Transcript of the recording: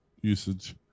usage